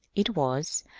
it was,